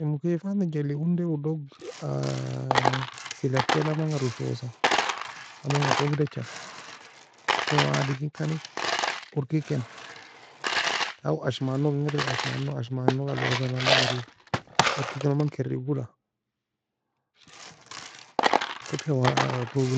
En مكيفات en jely onday uoe doge selatae la aman ga rushosa aman ga foga edicha هواء عادي kir kani orkikeno او ashman og engir aishman aishman og alosa nan na eri orkikeno. Man kery gola kir هواء tauge